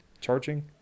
charging